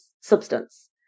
substance